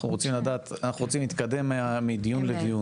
אנחנו רוצים להתקדם מדיון לדיון.